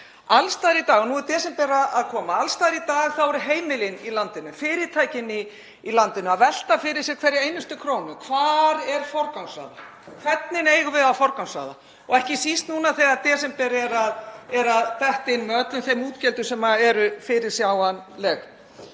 fjárlagagatið. Nú er desember að koma og alls staðar eru heimilin í landinu, fyrirtækin í landinu, að velta fyrir sér hverri einustu krónu — hvar á að forgangsraða? hvernig eigum við að forgangsraða? — ekki síst núna þegar desember er að detta inn með öllum þeim útgjöldum sem eru fyrirsjáanleg.